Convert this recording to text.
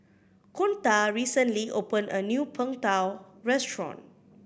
kunta recently opened a new Png Tao restaurant